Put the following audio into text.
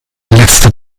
letzte